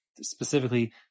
specifically